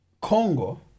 Congo